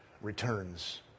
returns